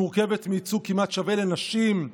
מורכבת מייצוג כמעט שווה לנשים,